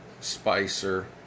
Spicer